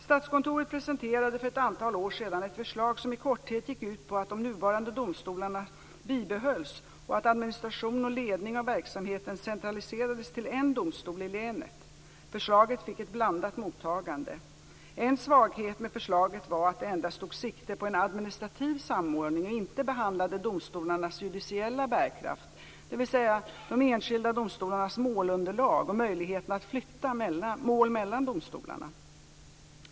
Statskontoret presenterade för ett antal år sedan ett förslag som i korthet gick ut på att de nuvarande domstolarna bibehölls och att administration och ledning av verksamheten centraliserades till en domstol i länet. Förslaget fick ett blandat mottagande. En svaghet med förslaget var att det endast tog sikte på en administrativ samordning och inte behandlade domstolarnas judiciella bärkraft, dvs. de enskilda domstolarnas målunderlag och möjligheterna att flytta mål mellan domstolarna.